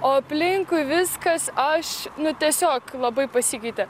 o aplinkui viskas aš nu tiesiog labai pasikeitė